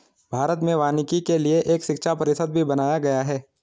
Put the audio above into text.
भारत में वानिकी के लिए एक शिक्षा परिषद भी बनाया गया है